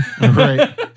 Right